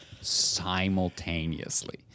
simultaneously